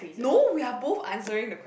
no we are both answering the questions